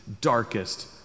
darkest